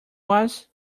was